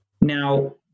Now